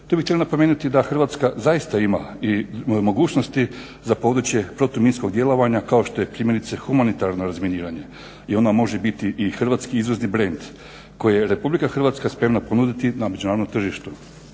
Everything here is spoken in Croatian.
Tu bih htio napomenuti da Hrvatska zaista ima i mogućnosti za područje protu minskog djelovanja kao što je primjerice humanitarno razminiranje i ono može biti i hrvatski izvozni brend koji je Republika Hrvatska spremna ponuditi na međunarodnom tržištu.